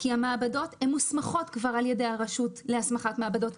כי המעבדות מוסמכות כבר על ידי הרשות להסמכת מעבדות.